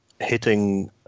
hitting